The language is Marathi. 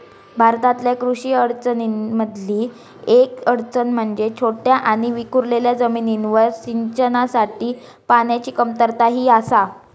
भारतातल्या कृषी अडचणीं मधली येक अडचण म्हणजे छोट्या आणि विखुरलेल्या जमिनींवर सिंचनासाठी पाण्याची कमतरता ही आसा